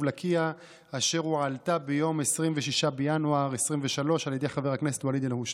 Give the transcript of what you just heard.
לקיה אשר הועלתה ביום 26 בינואר 2023 על ידי חבר הכנסת ואליד אלהואשלה.